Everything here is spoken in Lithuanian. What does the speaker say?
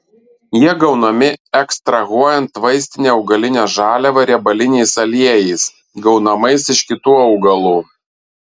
jie gaunami ekstrahuojant vaistinę augalinę žaliavą riebaliniais aliejais gaunamais iš kitų augalų